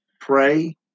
pray